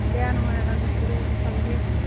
বেয়া নহয় কাৰণ ফেষ্টিভেল পালিহেচোন